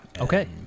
okay